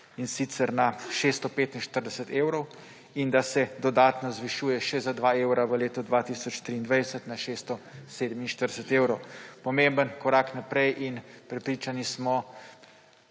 in sicer na 645 evrov, in da se dodatno zvišuje še za 2 evra v letu 2023, na 647 evrov. Pomemben korak naprej in prepričani smo,